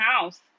house